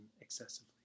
excessively